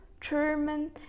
German